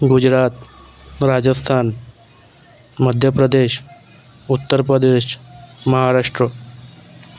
Gujarat Rajasthan Madhya Pradesh Uttar Pradesh Maharashtra